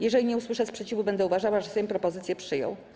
Jeżeli nie usłyszę sprzeciwu, będę uważała, że Sejm propozycję przyjął.